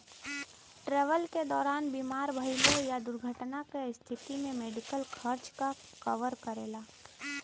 travel क दौरान बीमार भइले या दुर्घटना क स्थिति में मेडिकल खर्च क कवर करेला